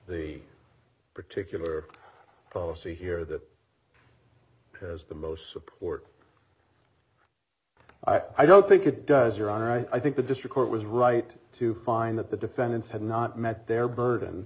the particular policy here that has the most support i don't think it does your honor i think the district court was right to find that the defendants had not met their burden